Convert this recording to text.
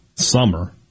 summer